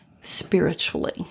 spiritually